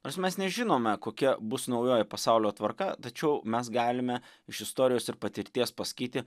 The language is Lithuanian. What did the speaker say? nors mes nežinome kokia bus naujoji pasaulio tvarka tačiau mes galime iš istorijos ir patirties pasakyti